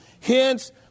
Hence